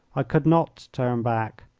i could not turn back,